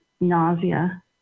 nausea